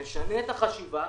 נשנה את החשיבה,